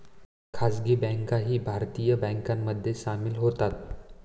खासगी बँकाही भारतीय बँकांमध्ये सामील होतात